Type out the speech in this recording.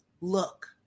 look